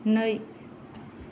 नै